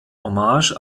hommage